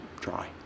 try